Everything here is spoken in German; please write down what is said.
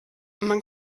man